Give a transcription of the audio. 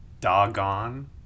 doggone